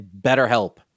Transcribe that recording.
BetterHelp